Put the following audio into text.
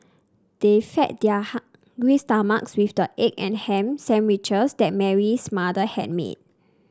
they fed their hungry stomachs with the egg and ham sandwiches that Mary's mother had made